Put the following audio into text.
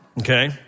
Okay